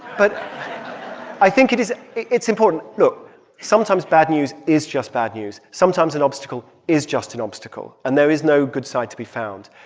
but i think it is it's important. look sometimes bad news is just bad news. sometimes an obstacle is just an obstacle. and there is no good side to be found.